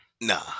Nah